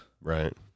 right